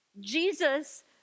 Jesus